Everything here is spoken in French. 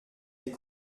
des